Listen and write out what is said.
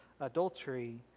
adultery